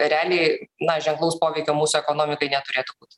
realiai na ženklaus poveikio mūsų ekonomikai neturėtų būt